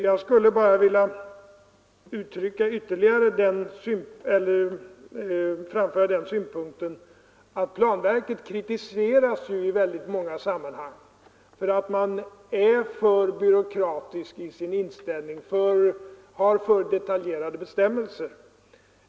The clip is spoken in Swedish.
Jag vill dessutom framföra den synpunkten att planverket i många sammanhang kritiseras för att man där är för byråkratisk i sin inställning och har för detaljerade bestämmelser.